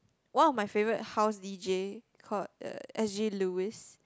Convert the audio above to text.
one of my favourite house d_j called S_G-Lewis